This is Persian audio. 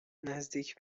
نزدیک